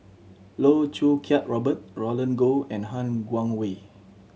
Loh Choo Kiat Robert Roland Goh and Han Guangwei